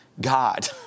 God